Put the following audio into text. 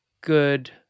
good